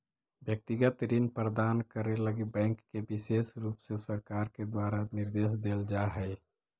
व्यक्तिगत ऋण प्रदान करे लगी बैंक के विशेष रुप से सरकार के द्वारा निर्देश देल जा हई